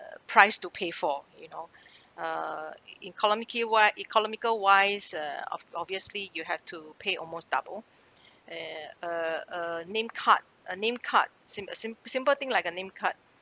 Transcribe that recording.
price to pay for you know uh in economically wise economical wise uh of obviously you have to pay almost double eh uh uh name card a name card sim~ a sim~ simple thing like a name card